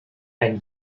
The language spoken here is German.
ein